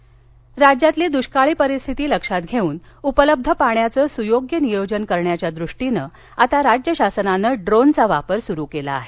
दष्काळ डोन राज्यातली दुष्काळी परिस्थिती लक्षात घेऊन उपलब्ध पाण्याचं सुयोग्य नियोजन करण्याच्या दृष्टीनं आता राज्य शासनानं ड्रोन चा वापर सुरु केला आहे